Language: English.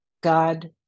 God